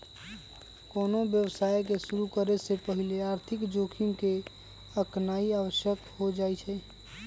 कोनो व्यवसाय के शुरु करे से पहिले आर्थिक जोखिम के आकनाइ आवश्यक हो जाइ छइ